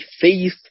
faith